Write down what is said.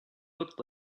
looked